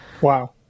Wow